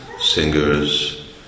singers